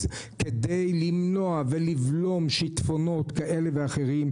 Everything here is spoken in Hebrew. כדי למנוע ולבלום שיטפונות כאלה ואחרים,